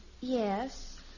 Yes